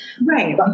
Right